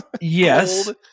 Yes